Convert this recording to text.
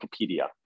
Wikipedia